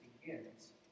begins